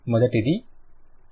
మొదటిది ia